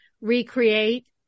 recreate